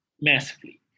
massively